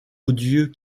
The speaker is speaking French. odieux